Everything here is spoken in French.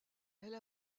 elle